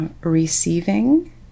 receiving